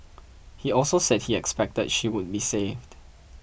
he also said he expected she would be saved